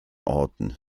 orten